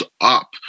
up